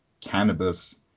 cannabis